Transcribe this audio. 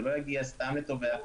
זה לא יגיע סתם לתובע,